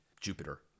Jupiter